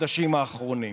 בחודשים האחרונים.